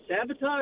sabotage